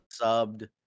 subbed